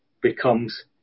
becomes